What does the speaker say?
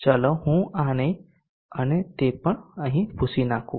ચાલો હું આને અને તે પણ અહીં ભૂંસી નાખું